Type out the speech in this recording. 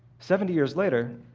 seventy years later,